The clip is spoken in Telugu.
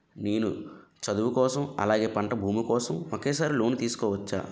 నేను చదువు కోసం అలాగే పంట భూమి కోసం ఒకేసారి లోన్ తీసుకోవచ్చా?